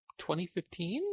2015